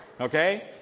okay